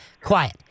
quiet